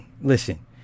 Listen